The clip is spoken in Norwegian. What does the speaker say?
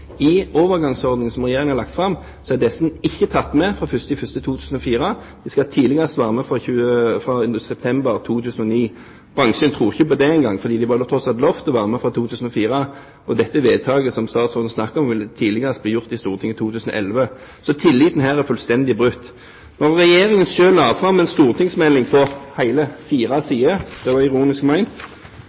I overgangsordningen som Regjeringen har lagt fram, er disse ikke tatt med fra 1. januar 2004, de skal tidligst være med fra september 2009. Bransjen tror ikke på det engang, for de var tross alt lovet å få være med fra 2004, og dette vedtaket som statsråden snakker om, vil tidligst bli gjort i Stortinget i 2011. Så tilliten her er fullstendig brutt. Da Regjeringen selv la fram en stortingsmelding på hele fire sider – det var ironisk